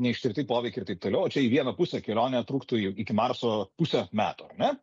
neištirti poveikiai ir taip toliau o čia į vieną pusę kelionė truktų iki marso pusę metų ar ne